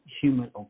human